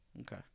Okay